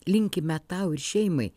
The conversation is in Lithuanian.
linkime tau ir šeimai